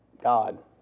God